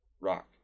Rock